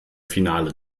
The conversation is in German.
finale